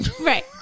Right